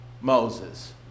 Moses